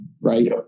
right